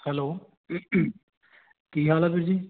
hello ਕੀ ਹਾਲ ਆ ਵੀਰ ਜੀ